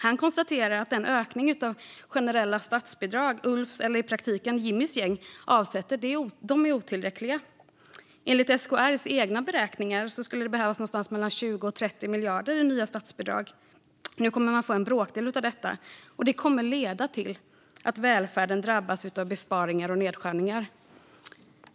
Han konstaterar att den ökning av generella statsbidrag som Ulfs, eller i praktiken Jimmies, gäng avsätter är otillräcklig. Enligt SKR:s egna beräkningar skulle det behövas mellan 20 och 30 miljarder i nya statsbidrag. Nu kommer man att få en bråkdel av detta, och det kommer att leda till att välfärden drabbas av besparingar och nedskärningar.